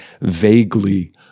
vaguely